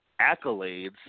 accolades